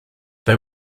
they